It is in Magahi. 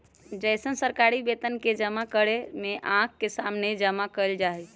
जैसन सरकारी वेतन के जमा करने में आँख के सामने जमा कइल जाहई